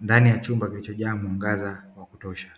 Ndani ya chumba kiilichojaa mwangaza wa kutosha,